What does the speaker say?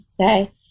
say